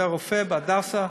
זה הרופא ב"הדסה".